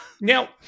Now